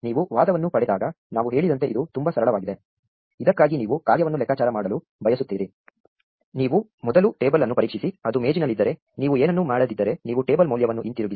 ನೀವು ವಾದವನ್ನು ಪಡೆದಾಗ ನಾವು ಹೇಳಿದಂತೆ ಇದು ತುಂಬಾ ಸರಳವಾಗಿದೆ ಇದಕ್ಕಾಗಿ ನೀವು ಕಾರ್ಯವನ್ನು ಲೆಕ್ಕಾಚಾರ ಮಾಡಲು ಬಯಸುತ್ತೀರಿ ನೀವು ಮೊದಲು ಟೇಬಲ್ ಅನ್ನು ಪರೀಕ್ಷಿಸಿ ಅದು ಮೇಜಿನಲ್ಲಿದ್ದರೆ ನೀವು ಏನನ್ನೂ ಮಾಡದಿದ್ದರೆ ನೀವು ಟೇಬಲ್ ಮೌಲ್ಯವನ್ನು ಹಿಂತಿರುಗಿಸಿ